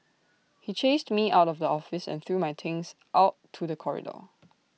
he chased me out of the office and threw my things out to the corridor